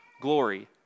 glory